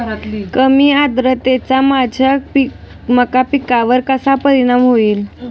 कमी आर्द्रतेचा माझ्या मका पिकावर कसा परिणाम होईल?